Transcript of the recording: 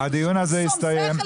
הדיון הזה הסתיים.